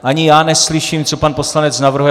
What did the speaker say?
Ani já neslyším, co pan poslanec navrhuje.